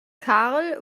karl